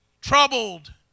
troubled